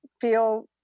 feel